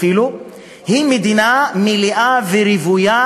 היא מדינה מלאה ורוויה